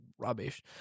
rubbish